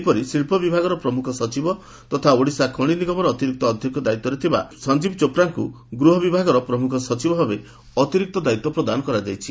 ସେହିପରି ଶିକ୍ବ ବିଭାଗର ପ୍ରମୁଖ ସଚିବ ତଥା ଓଡ଼ିଶା ଖଣି ନିଗମର ଅତିରିକ୍ତ ଅଧ୍ଘକ୍ଷ ଦାୟିତ୍ୱରେ ଥିବା ସଂଜୀପ ଚୋପ୍ରାଙ୍କ ଗୃହ ବିଭାଗର ପ୍ରମୁଖ ସଚିବ ଭାବେ ଅତିରିକ୍ତ ଦାୟିତ୍ ପ୍ରଦାନ କରାଯାଇଛି